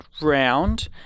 round